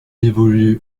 évolue